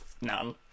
none